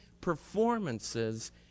performances